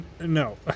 No